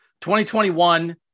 2021